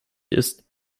ist